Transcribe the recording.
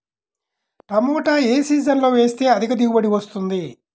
టమాటా ఏ సీజన్లో వేస్తే అధిక దిగుబడి వస్తుంది?